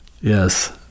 Yes